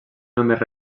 només